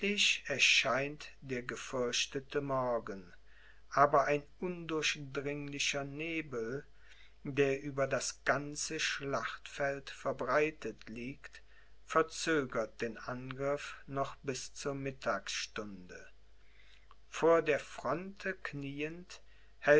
erscheint der gefürchtete morgen aber ein undurchdringlicher nebel der über das ganze schlachtfeld verbreitet liegt verzögert den angriff noch bis zur mittagsstunde vor der fronte knieend